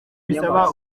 bisaba